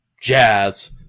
jazz